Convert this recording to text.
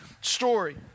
story